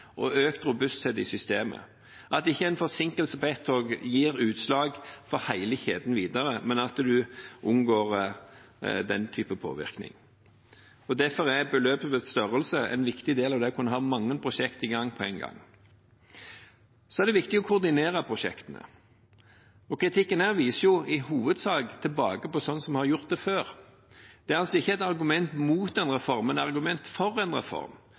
og økt robusthet i systemet, at ikke en forsinkelse på ett tog gir utslag for hele kjeden videre, men at en unngår den type påvirkning. Derfor er beløpets størrelse en viktig del av det å kunne ha mange prosjekt i gang på én gang. Det er viktig å koordinere prosjektene, og kritikken her viser i hovedsak tilbake på sånn som vi har gjort det før. Det er altså ikke et argument mot en reform, men argument for en reform,